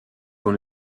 dans